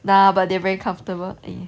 nah but they're very comfortable eh